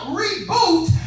reboot